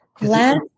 Last